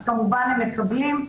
אז כמובן הם מקבלים.